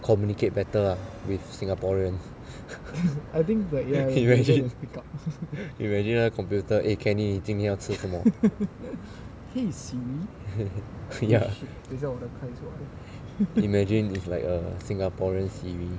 communicate better ah with singaporeans can you imagine imagine 那个 computer eh kenny 今天要吃什么 ya imagine if like a singaporean Siri